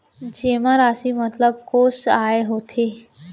जेमा राशि मतलब कोस आय होथे?